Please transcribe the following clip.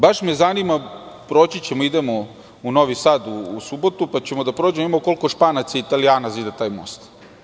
Baš me zanima, proći ćemo i idemo u Novi Sad u subotu, pa ćemo da prođemo i da vidimo koliko Španaca i Italijana zida taj most?